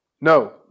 No